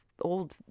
old